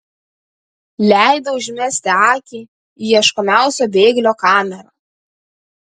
leido užmesti akį į ieškomiausio bėglio kamerą